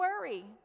worry